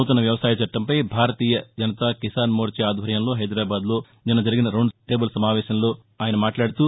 నూతన వ్యవసాయ చట్టంపై భారతీయ జనతా కిసాన్ మోర్చా ఆధ్వర్యంలో హైదరాబాద్లో నిన్న జరిగిన రౌండ్టేబుల్ సమావేశం సందర్బంగా కేంద్రమంతి మాట్లాడుతూ